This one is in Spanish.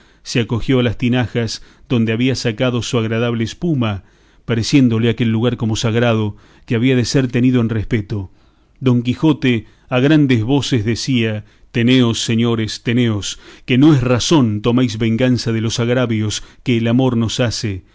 se acogió a las tinajas donde había sacado su agradable espuma pareciéndole aquel lugar como sagrado que había de ser tenido en respeto don quijote a grandes voces decía teneos señores teneos que no es razón toméis venganza de los agravios que el amor nos hace